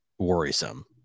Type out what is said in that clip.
worrisome